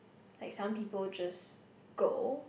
like some people just go